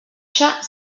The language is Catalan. que